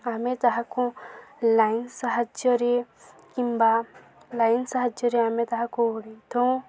ଆମେ ତାହାକୁ ଲାଇନ୍ ସାହାଯ୍ୟରେ କିମ୍ବା ଲାଇନ୍ ସାହାଯ୍ୟରେ ଆମେ ତାହାକୁ ଉଢ଼ିଥାଉଁ